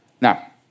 Now